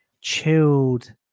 chilled